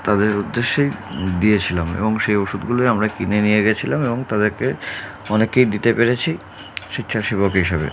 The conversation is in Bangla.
তাদের উদ্দেশ্যেই দিয়েছিলাম এবং সেই ওষুধগুলো আমরা কিনে নিয়ে গেছিলাম এবং তাদেরকে অনেকেই দিতে পেরেছি স্বেচ্ছাসেবক হিসাবে